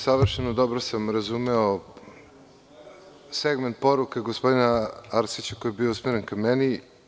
Savršeno dobro sam razumeo segment poruke gospodina Arsića koji je bio usmeren ka meni.